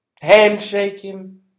handshaking